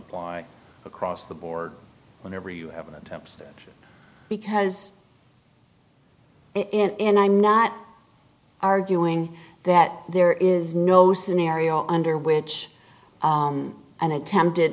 apply across the board whenever you have an attempt because in i'm not arguing that there is no scenario under which an attempted